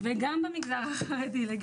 וגם במגזר החרדי.